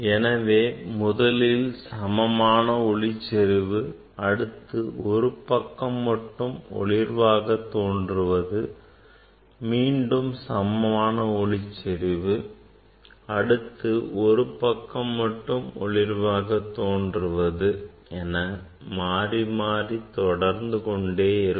எனவே முதலில் சமமான ஒளிச்செறிவு அடுத்து ஒரு பக்கம் மட்டும் ஒளிர்வாகவும் தோன்றுவது மீண்டும் சமமான ஒளிச்செறிவு அடுத்து ஒரு பக்கம் மட்டும் ஒளிர்வாக தோன்றுவது என மாறி மாறி தொடர்ந்து கொண்டே இருக்கும்